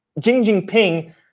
Jinping